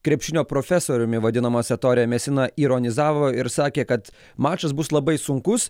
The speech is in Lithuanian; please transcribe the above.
krepšinio profesoriumi vadinamas etorė mesina ironizavo ir sakė kad mačas bus labai sunkus